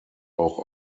auch